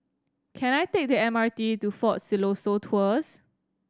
can I take the M R T to Fort Siloso Tours